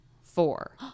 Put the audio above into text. four